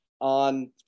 on